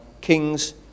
kings